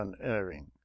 unerring